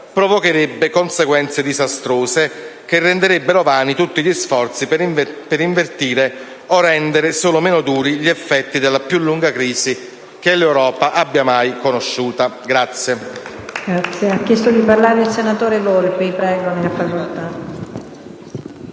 provocherebbe conseguenze disastrose, che renderebbero vani tutti gli sforzi per invertire o rendere anche solo meno duri gli effetti della più lunga crisi che l'Europa abbia mai conosciuto.